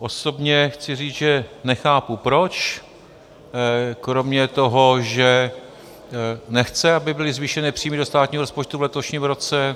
Osobně chci říct, že nechápu proč, kromě toho, že nechce, aby byly zvýšeny příjmy do státního rozpočtu v letošním roce.